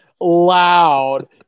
loud